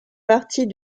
partie